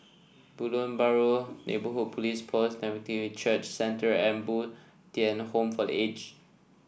Baru Neighbourhood Police Post Nativity Church Centre and Bo Tien Home for The Aged